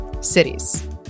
cities